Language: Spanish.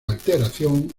alteración